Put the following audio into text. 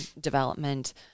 development